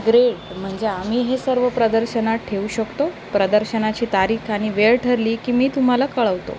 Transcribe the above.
great म्हणजे आम्ही हे सर्व प्रदर्शनात ठेवू शकतो प्रदर्शनाची तारीख आणि वेळ ठरली की मी तुम्हाला कळवतो